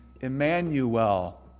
Emmanuel